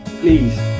please